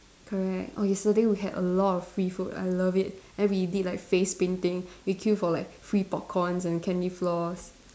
correct oh yesterday we had a lot of free food I love it and we did like face painting we queue for like free popcorns and candy floss